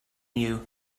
you